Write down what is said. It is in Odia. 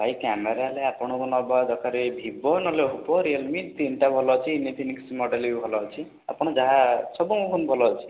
ଭାଇ କ୍ୟାମେରା ହେଲେ ଆପଣଙ୍କୁ ନେବା ଦରକାରେ ଭିବୋ ନହେଲେ ଓପୋ ରିଅଲମି ତିନିଟା ଭଲ ଅଛି ଇନଫିନିକ୍ସି ମଡ଼େଲ୍ ବି ଭଲ ଅଛି ଆପଣ ଯାହା ନେବେ ସବୁ ଭଲ ଅଛି